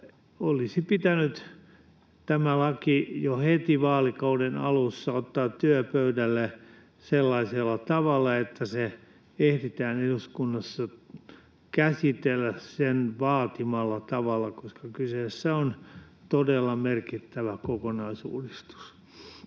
olisi pitänyt ottaa jo heti vaalikauden alussa työpöydälle sellaisella tavalla, että se ehditään eduskunnassa käsitellä sen vaatimalla tavalla, koska kyseessä on todella merkittävä kokonaisuudistus.